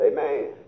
Amen